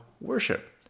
worship